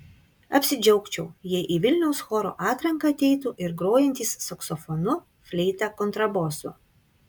apsidžiaugčiau jei į vilniaus choro atranką ateitų ir grojantys saksofonu fleita kontrabosu